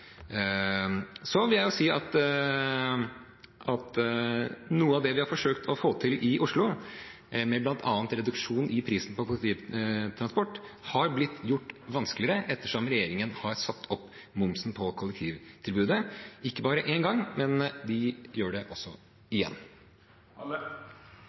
så er det de grønne virkemidlene, å innføre alternativer, som vi forsøker å gjøre med å utvide kollektivtilbudet. Jeg vil si at noe av det vi har forsøkt å få til i Oslo med bl.a. reduksjon i prisen på kollektivtransport, har blitt gjort vanskeligere ettersom regjeringen har satt opp momsen på kollektivtilbudet – ikke bare én gang,